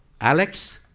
Alex